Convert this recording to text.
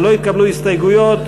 לא התקבלו ההסתייגויות,